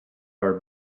are